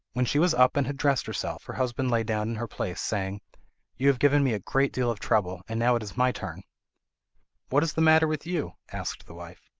when she was up and had dressed herself, her husband lay down in her place, saying you have given me a great deal of trouble, and now it is my turn what is the matter with you asked the wife.